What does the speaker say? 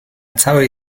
całej